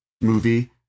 movie